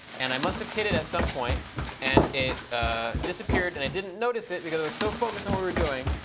and i must have hit it at some point and it ah disappeared and i notice it because i was so focused on what we're doing.